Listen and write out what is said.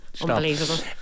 Unbelievable